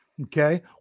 Okay